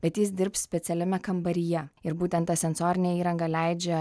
bet jis dirbs specialiame kambaryje ir būtent ta sensorinė įranga leidžia